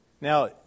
Now